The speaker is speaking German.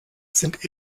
sind